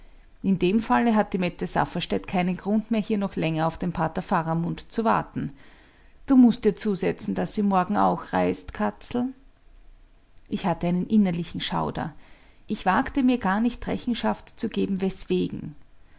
in dem falle hat die mette safferstätt keinen grund mehr hier noch länger auf den pater faramund zu warten du mußt ihr zusetzen daß sie morgen auch reist katzel ich hatte einen innerlichen schauder ich wagte mir gar nicht rechenschaft zu geben weswegen